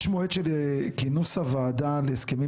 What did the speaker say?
יש מועד של כינוס הוועדה להסכמים